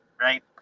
right